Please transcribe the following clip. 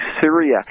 Syria